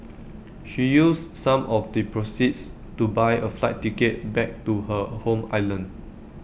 she used some of the proceeds to buy A flight ticket back to her home island